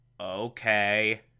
okay